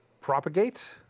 propagate